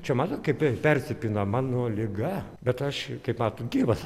čia matot kaip persipina mano liga bet aš kaip matot gyvas